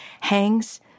hangs